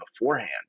beforehand